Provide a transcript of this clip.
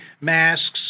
masks